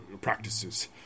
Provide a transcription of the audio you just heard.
practices